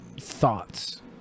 thoughts